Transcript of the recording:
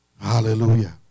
Hallelujah